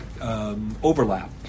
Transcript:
overlap